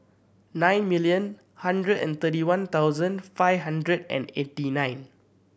nine million hundred and thirty one thousand five hundred and eighty nine